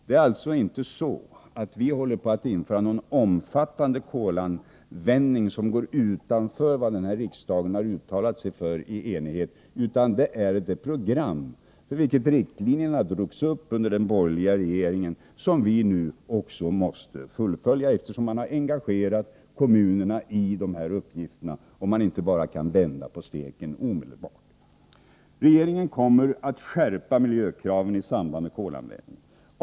Det är alltså inte så att vi håller på att införa någon omfattande kolanvändning som går utanför vad den här riksdagen uttalat sig för i enighet, utan det är ett program för vilket riktlinjerna drogs upp under den borgerliga regeringen och som vi nu måste fullfölja, eftersom man engagerade kommunerna i dessa uppgifter och man inte bara kan vända på steken omedelbart. Regeringen kommer att skärpa miljökraven i samband med kolanvändningen.